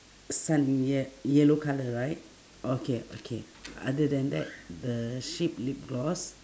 sun ye~ yellow colour right okay okay other than that the sheet lip gloss